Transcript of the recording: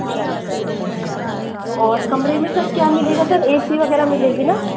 अच्छा अच्छा अच्छा अच्छा और कमरे में सर क्या मिलेगा सर ऐ सी वगैरह मिलेगी ना